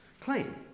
claim